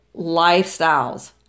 lifestyles